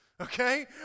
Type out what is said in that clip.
okay